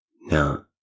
Now